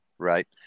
Right